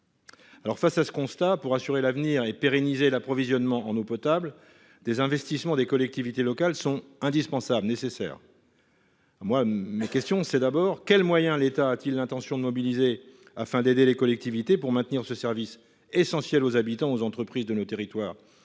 Face à ce constat, pour assurer l'avenir et pérenniser l'approvisionnement en eau potable, des investissements des collectivités locales sont nécessaires, voire indispensables. Quels moyens l'État a-t-il l'intention de mobiliser afin d'aider les collectivités à maintenir ce service essentiel pour les habitants, les entreprises de nos territoires